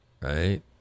right